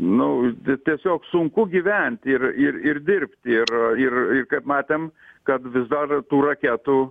nu tiesiog sunku gyvent ir ir ir dirbt ir ir ir kaip matėm kad vis dar tų raketų